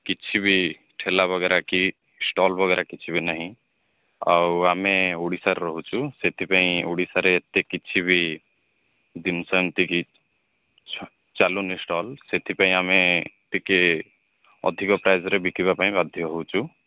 କିଛି ବି ଠେଲା ବଗେରା କି ଷ୍ଟଲ ବଗେରା କିଛି ବି ନାହିଁ ଆଉ ଆମେ ଓଡ଼ିଶାରେ ରହୁଛୁ ସେଥିପାଇଁ ଓଡ଼ିଶାରେ ଏତେ କିଛି ବି ଜିନିଷ ଏମିତିକି ଚାଲୁନି ଷ୍ଟଲ ସେଥିପାଇଁ ଆଣେ ଟିକେ ଅଧିକ ପ୍ରାଇସ୍ରେ ବିକିବା ପାଇଁ ବାଧ୍ୟ ହେଉଛୁ